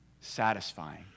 satisfying